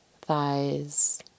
thighs